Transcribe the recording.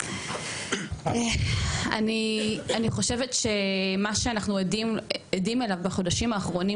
אני חושבת שמה שאנחנו עדים אליו בחודשים האחרונים